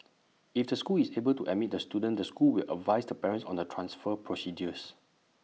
if the school is able to admit the student the school will advise the parent on the transfer procedures